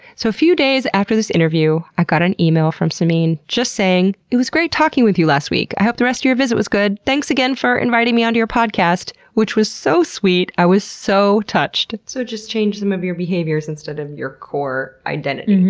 so a few days after this interview, i got an email from simine, just saying, it was great talking with you last week! i hope the rest of your visit was good! thanks again for inviting me onto your podcast! which was so sweet, i was so touched. so, just change some of your behaviors instead of your core identity.